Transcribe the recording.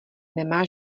nemá